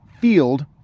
field